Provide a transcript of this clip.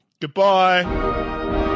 Goodbye